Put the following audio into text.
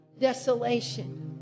desolation